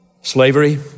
Slavery